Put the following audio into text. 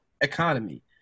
economy